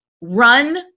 run